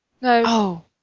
No